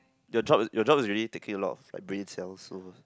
your job your job is really taking a lot of brain cells so